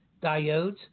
diodes